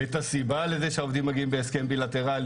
ואת הסיבה לזה שהעובדים מגיעים בהסכם בילטרלי.